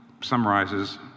summarizes